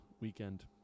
weekend